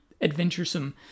adventuresome